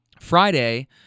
Friday